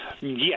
Yes